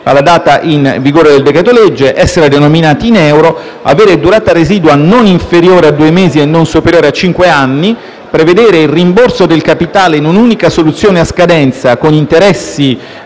entrata in vigore del decreto-legge, essere denominati in euro, avere durata residua non inferiore a due mesi e non superiore a cinque anni, prevedere il rimborso del capitale in un'unica soluzione a scadenza con interessi